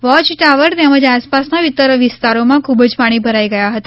વોય tower તેમજ આસપાસના વિસ્તારોમાં ખૂબ જ પાણી ભરાઈ ગયા હતા